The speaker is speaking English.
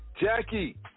jackie